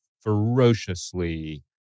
ferociously